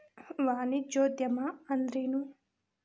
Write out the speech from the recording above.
ವಾಣಿಜ್ಯೊದ್ಯಮಾ ಅಂದ್ರೇನು?